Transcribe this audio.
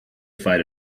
fight